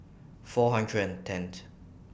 four hundred and tenth